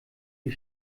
die